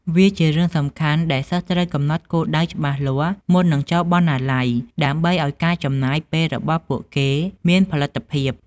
វាជារឿងសំខាន់ដែលសិស្សត្រូវកំណត់គោលដៅច្បាស់លាស់មុននឹងចូលបណ្ណាល័យ ដើម្បីឲ្យការចំណាយពេលរបស់ពួកគេមានផលិតភាព។